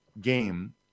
game